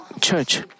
church